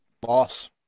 Boss